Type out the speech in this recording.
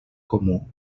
comú